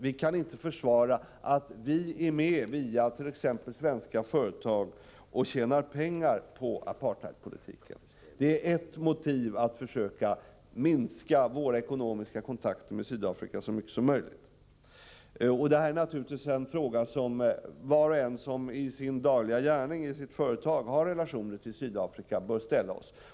Vi kan inte försvara att vi är med via t.ex. svenska företag och tjänar pengar på apartheidpolitiken. Det är ett motiv till att försöka minska våra ekonomiska kontakter med Sydafrika så mycket som möjligt. Det här är naturligtvis en fråga som var och en som i sin dagliga gärning, i sitt företag, har relationer till Sydafrika bör fundera över.